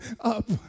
up